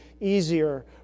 easier